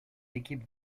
équipes